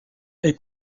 est